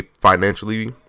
financially